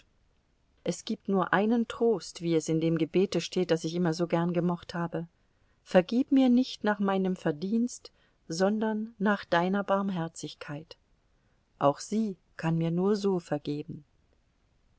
es gibt nur einen trost wie es in dem gebete steht das ich immer so gern gemocht habe vergib mir nicht nach meinem verdienst sondern nach deiner barmherzigkeit auch sie kann mir nur so vergeben